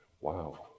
wow